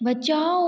बचाओ